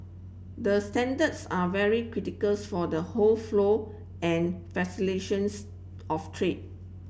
the standards are very critical for the whole flow and of trade